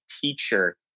teacher